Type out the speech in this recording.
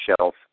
shelf